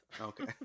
okay